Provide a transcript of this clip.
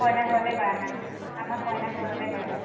কইনা ঘৰতে কৰায় আমাৰ আমাৰ কইনা ঘৰতে কৰায়